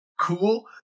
cool